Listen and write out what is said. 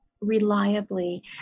reliably